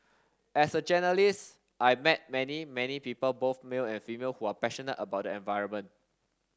as a journalist I've met many many people both male and female who are passionate about the environment